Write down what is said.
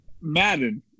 Madden